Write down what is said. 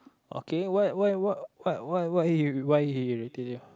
okay what why what what what what why he irritates you